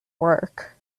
work